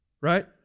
Right